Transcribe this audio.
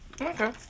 Okay